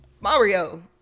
mario